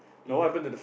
yep